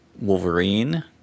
Wolverine